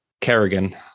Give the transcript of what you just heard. Kerrigan